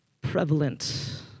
prevalent